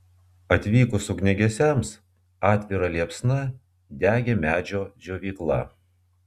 atvykus ugniagesiams atvira liepsna degė medžio džiovykla